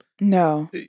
No